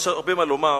יש הרבה מה לומר,